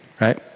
right